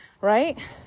right